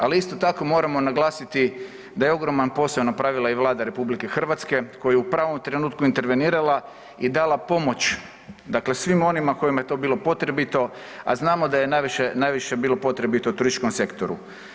Ali isto tako moramo naglasiti da je ogroman posao napravila i Vlada RH koja je u pravom trenutku intervenirala i dala pomoć, dakle svima onima kojima je to bilo potrebito, a znamo da je najviše, najviše bilo potrebito turističkom sektoru.